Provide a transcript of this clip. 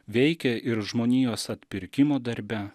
veikia ir žmonijos atpirkimo darbe